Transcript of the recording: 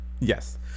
Yes